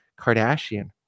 Kardashian